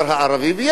ויש רופאים,